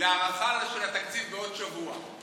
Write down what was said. להארכה של התקציב בעוד שבוע.